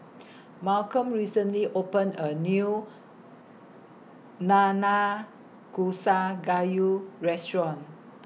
Malcom recently opened A New Nanakusa Gayu Restaurant